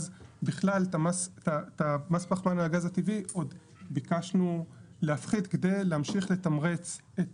את מס הפחמן מהגז הטבעי ביקשנו להפחית כדי להמשיך לתמרץ את